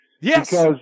Yes